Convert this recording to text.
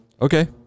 Okay